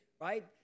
right